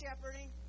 shepherding